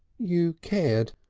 you cared.